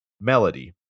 melody